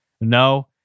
No